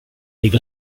leave